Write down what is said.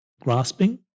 grasping